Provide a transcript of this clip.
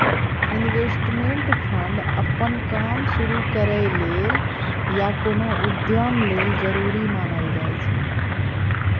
investment fund अप्पन काम शुरु करइ लेल या कोनो उद्यम लेल जरूरी मानल जाइ छै